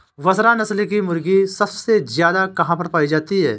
बसरा नस्ल की मुर्गी सबसे ज्यादा कहाँ पर पाई जाती है?